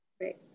right